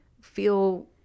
feel